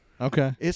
Okay